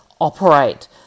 operate